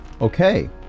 Okay